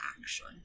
action